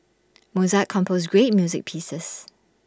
Mozart composed great music pieces